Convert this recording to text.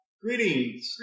Greetings